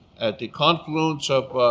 at the confluence of